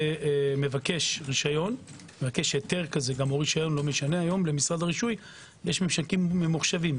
כשמבקש היתר כזה או רשיון מגיע למשרד הרישוי - יש ממשקים ממוחשבים.